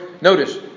Notice